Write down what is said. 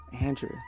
Andrew